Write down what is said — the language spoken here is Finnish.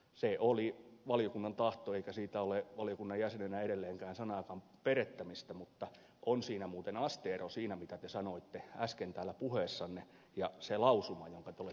se oli valiokunnan tahto eikä siitä ole valiokunnan jäsenenä edelleenkään sanaakaan peruuttamista mutta on siinä muuten aste ero siinä mitä te sanoitte äsken täällä puheessanne ja siinä lausumassa jonka te olette täällä allekirjoittanut